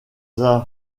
située